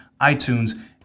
iTunes